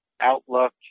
outlook